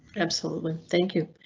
absolutely thank you,